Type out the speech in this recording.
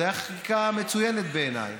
זו הייתה חקיקה מצוינת בעיניי.